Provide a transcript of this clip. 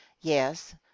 Yes